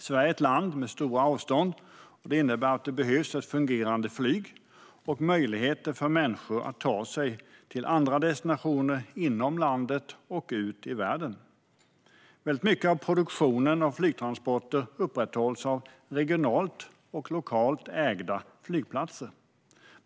Sverige är ett land med stora avstånd, och det innebär att det behövs ett fungerande flyg och möjligheter för människor att ta sig till andra destinationer inom landet och ut i världen. Väldigt mycket av produktionen av flygtransporter upprätthålls av regionalt och lokalt ägda flygplatser.